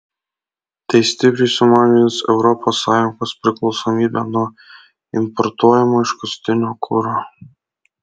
tai stipriai sumažins europos sąjungos priklausomybę nuo importuojamo iškastinio kuro